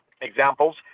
examples